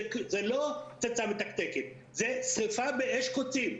זאת לא פצצה מתקתקת, זאת שריפה בשדה קוצים.